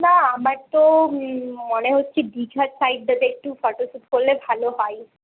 না আমার তো মনে হচ্ছে দীঘার সাইডটাতে একটু ফটো স্যুট করলে ভালো হয়